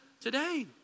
today